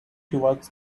towards